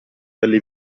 delle